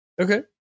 Okay